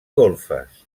golfes